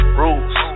rules